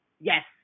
Yes